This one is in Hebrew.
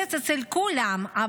לקצץ אצל כולם.